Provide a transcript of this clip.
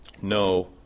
no